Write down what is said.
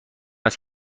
است